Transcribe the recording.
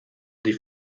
die